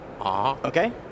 Okay